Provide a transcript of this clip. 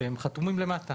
שהם חתומים עליהם למטה